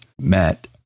matt